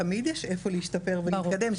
תמיד יש איפה להשתפר ולהתקדם,